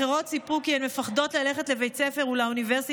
אחרות סיפרו כי הן מפחדות ללכת לבית הספר ולאוניברסיטה